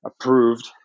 approved